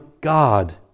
God